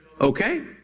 okay